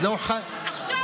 עכשיו הם לא טובים לך?